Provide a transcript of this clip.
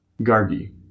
Gargi